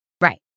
Right